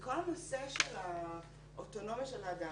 --- וכל הנושא של האוטונומיה של האדם